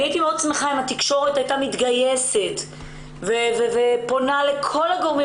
הייתי מאוד שמחה אם התקשורת הייתה מתגייסת ופונה לכל הגורמים